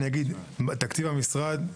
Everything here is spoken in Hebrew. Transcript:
תקציב המשרד,